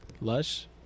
Lush